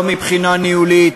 לא מבחינה ניהולית,